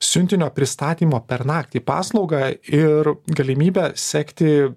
siuntinio pristatymo per naktį paslaugą ir galimybę sekti